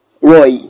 Roy